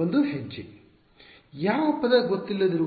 ವಂದು ಹೆಜ್ಜೆ ಯಾವ ಪದ ಗೊತ್ತಿಲ್ಲದಿರುವುದು